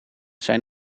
zijn